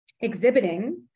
exhibiting